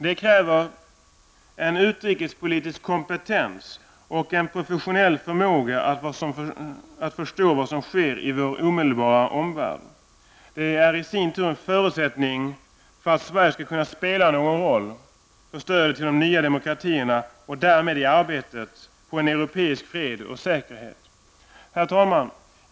Det kräver en utrikespolitisk kompetens och en professionell förmåga att förstå vad som sker i vår omedelbara omvärld. Det är i sin tur en förutsättning för att Sverige skall kunna spela någon roll för stödet till de nya demokratierna och därmed arbetet på en europeisk fred och säkerhet. Herr talman!